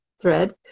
thread